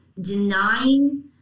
denying